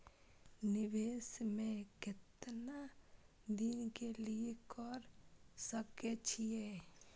निवेश में केतना दिन के लिए कर सके छीय?